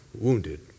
wounded